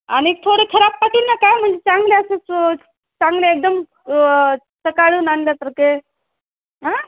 आणि थोडे खराब पाठवू नका म्हणजे चांगले असंच चांगले एकदम सकाळून आणल्यासारखे आं